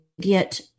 get